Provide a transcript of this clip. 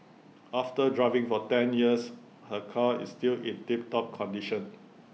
after driving for ten years her car is still in tip top condition